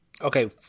Okay